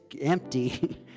empty